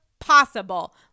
possible